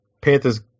Panthers